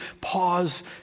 pause